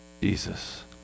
Jesus